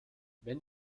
wenn